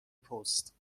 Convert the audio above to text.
پست